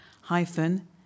hyphen